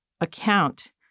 account